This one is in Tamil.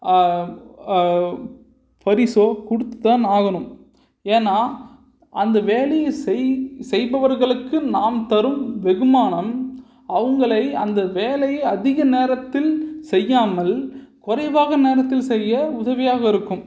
பரிசோ கொடுத்து தான் ஆகணும் ஏன்னா அந்த வேலையை செய்ய செய்பவர்களுக்கு நாம் தரும் வெகுமானம் அவங்களை அந்த வேலையை அதிக நேரத்தில் செய்யாமல் கொறைவான நேரத்தில் செய்ய உதவியாக இருக்கும்